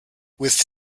with